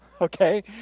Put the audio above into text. Okay